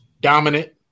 dominant